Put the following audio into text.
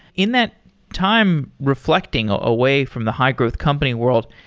in that time, reflecting ah away from the high-growth company world,